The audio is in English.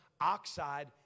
oxide